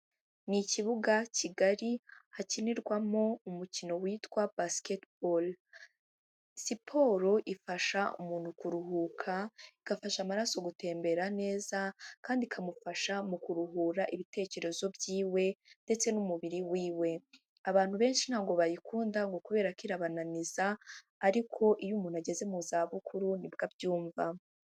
Ni ikibuga kigari hakinirwamo umukino witwa basiketiboro. Siporo ifasha umuntu kuruhuka, igafasha amaraso gutembera neza, kandi ikamufasha mu kuruhura ibitekerezo by'iwe, ndetse n'umubiri w'iwe. Abantu benshi ntabwo bayikunda ngo kubera ko irabananiza, ariko iyo umuntu ageze mu za bukuru nibwo abyumva.